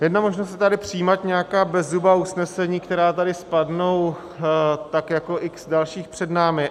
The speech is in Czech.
Jedna možnost je tady přijímat nějaká bezzubá usnesení, která tady spadnou tak jako x dalších před námi.